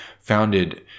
founded